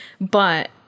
but-